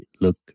look